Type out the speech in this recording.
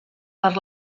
per